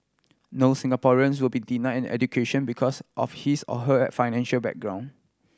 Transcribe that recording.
no Singaporeans will be denied an education because of his or her financial background